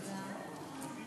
תודה.